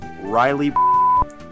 Riley